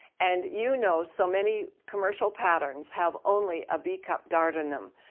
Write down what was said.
and you know so many commercial patterns have only a b cup dart in them.